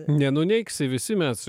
nenuneigsi visi mes